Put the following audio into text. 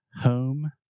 home